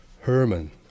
Herman